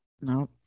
no